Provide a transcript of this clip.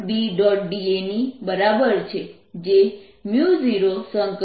da ની બરાબર છે જે 0D∂t